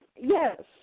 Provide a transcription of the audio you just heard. Yes